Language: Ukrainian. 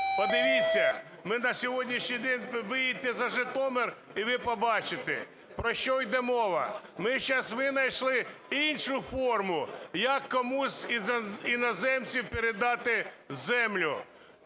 Подивіться, ми на сьогоднішній день, виїдьте за Житомир, і ви побачите, про що йде мова. Ми зараз винайшли іншу форму, як кому із іноземців передати землю.